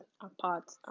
apart